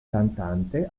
cantante